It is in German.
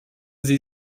sie